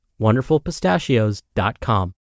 wonderfulpistachios.com